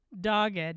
dogged